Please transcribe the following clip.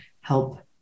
help